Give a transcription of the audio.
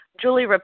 Julie